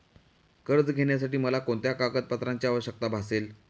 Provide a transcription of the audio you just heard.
कर्ज घेण्यासाठी मला कोणत्या कागदपत्रांची आवश्यकता भासेल?